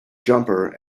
jumper